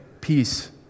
peace